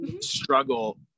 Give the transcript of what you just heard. struggle